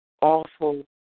awful